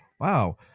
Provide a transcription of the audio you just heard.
Wow